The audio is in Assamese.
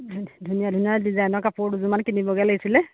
ধুনীয়া ধুনীয়া ডিজাইনৰ কাপোৰ দুযোৰমান কিনিবগৈ লাগিছিলে